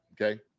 okay